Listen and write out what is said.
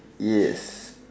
yes